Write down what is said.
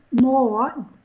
more